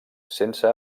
sense